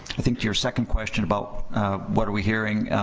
i think your second question about what are we hearing